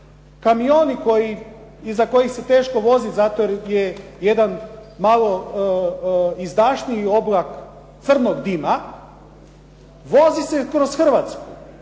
kamioni iza kojih se teško voziti zato jer je jedan malo izdašniji oblak crnog dima, vozi se kroz Hrvatsku,